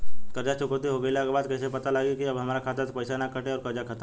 कर्जा चुकौती हो गइला के बाद कइसे पता लागी की अब हमरा खाता से पईसा ना कटी और कर्जा खत्म?